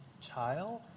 child